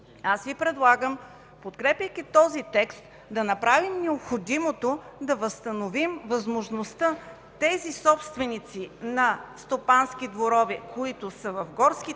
аз Ви предлагам, подкрепяйки този текст, да направим необходимото да възстановим възможността тези собственици на стопански дворове, които са в горски